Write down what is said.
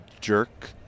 jerk